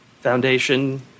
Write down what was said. Foundation